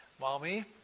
Mommy